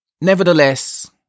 Nevertheless